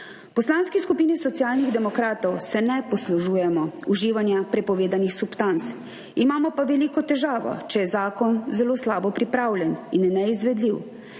Poslanski skupini Socialnih demokratov se ne poslužujemo uživanja prepovedanih substanc. Imamo pa veliko težavo, če je zakon zelo slabo pripravljen in neizvedljiv.